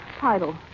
Title